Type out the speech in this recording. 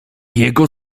jego